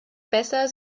besser